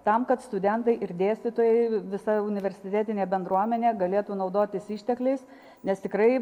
tam kad studentai ir dėstytojai visa universitetinė bendruomenė galėtų naudotis ištekliais nes tikrai